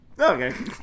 Okay